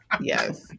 Yes